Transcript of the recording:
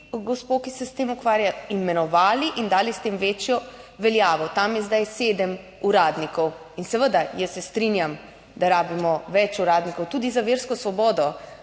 gospo, ki se s tem ukvarja, imenovali in dali s tem večjo veljavo. Tam je zdaj sedem uradnikov in seveda, jaz se strinjam, da rabimo več uradnikov tudi za versko svobodo